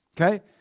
Okay